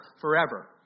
forever